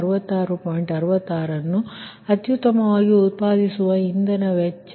66 ಅನ್ನು ಅತ್ಯುತ್ತಮವಾಗಿ ಉತ್ಪಾದಿಸುವ ಇಂಧನ ವೆಚ್ಚ